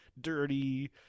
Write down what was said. dirty